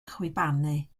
chwibanu